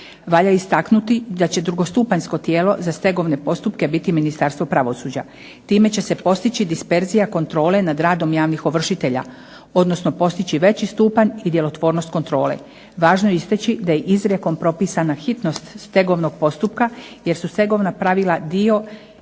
Valja istaknuti da će drugostupanjsko tijelo za stegovne postupke biti Ministarstvo pravosuđa. Time će se postići disperzija kontrole nad radom javnih ovršitelja, odnosno postići veći stupanj i djelotvornost kontrole. Važno je istaći da je izrijekom propisana hitnost stegovnog postupka jer su stegovna pravila dio